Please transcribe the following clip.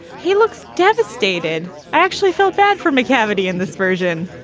he looks devastated actually felt bad for a cavity in this version.